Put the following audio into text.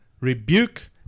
rebuke